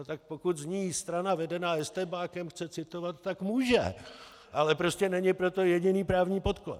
Tak pokud z ní strana vedená estébákem chce citovat, tak může, ale prostě není pro to jediný právní podklad.